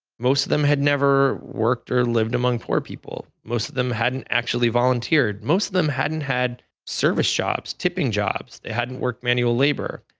most of them have never worked or lived among poor people. most of them hadn't actually volunteered. most of them hadn't had service jobs, tipping jobs. they hadn't worked manual labor.